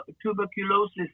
tuberculosis